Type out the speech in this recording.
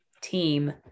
team